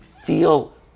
feel